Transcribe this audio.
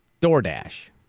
DoorDash